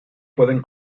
pueden